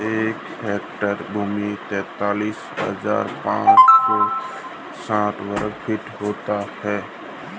एक एकड़ भूमि तैंतालीस हज़ार पांच सौ साठ वर्ग फुट होती है